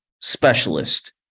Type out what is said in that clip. specialist